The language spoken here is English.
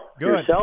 Good